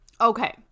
Okay